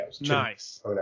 Nice